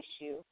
issue